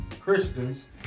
christians